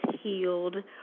healed